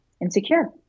insecure